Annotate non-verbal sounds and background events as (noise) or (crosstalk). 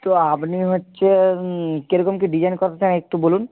তো আপনি হচ্ছে কীরকম কী ডিজাইন (unintelligible) একটু বলুন